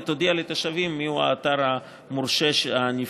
ותודיע לתושבים מהו האתר המורשה הנבחר.